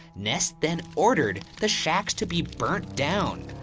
ness then ordered the shacks to be burnt down,